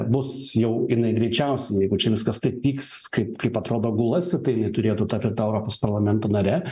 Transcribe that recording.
bus jau jinai greičiausiai jeigu čia viskas taip vyks kaip kaip atrodo gulasi tai turėtų tapti ta europos parlamento nare